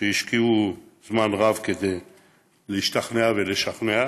שהשקיעו זמן רב כדי להשתכנע ולשכנע,